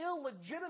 illegitimate